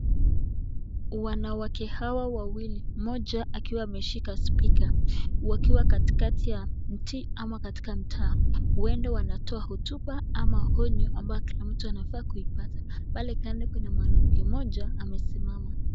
Wanawake hawa wawili, moja akiwa ameshika spika wakiwa katikati ya mti ama katika mtaa, huenda wanatoa hotuba au onyo ambao kila mtu anafaa kuipata. Pale kando kuna mwanamke moja amesimama.